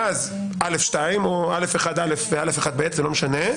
ואז א(2) או א(1)(א) או א(1)(ב), זה לא משנה: